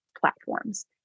platforms